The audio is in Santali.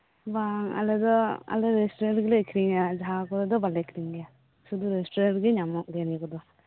ᱵᱟᱝ ᱟᱞᱮᱫᱚ ᱟᱞᱮ ᱨᱮᱥᱴᱩᱨᱮᱱᱴ ᱨᱮᱜᱤᱞᱮ ᱟᱹᱠᱷᱨᱤᱧᱟ ᱡᱟᱦᱟᱸ ᱠᱚᱨᱮᱫᱚ ᱵᱟᱞᱮ ᱟᱹᱠᱷᱨᱤᱧ ᱜᱮᱭᱟ ᱥᱩᱫᱷᱩ ᱨᱮᱥᱴᱩᱨᱮᱱᱴ ᱨᱮᱜᱤ ᱧᱟᱢᱚᱜ ᱜᱮᱭᱟ ᱱᱤᱭᱟᱹ ᱠᱚᱫᱚ